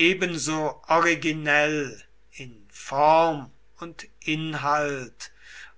ebenso originell in form und inhalt